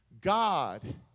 God